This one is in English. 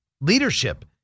leadership